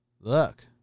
Look